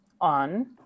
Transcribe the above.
on